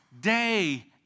Day